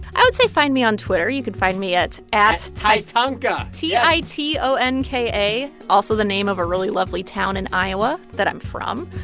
i would say find me on twitter. you can find me at. at titonka t i t o n k a also the name of a really lovely town in iowa that i'm from.